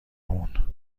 مون